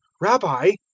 rabbi,